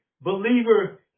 believer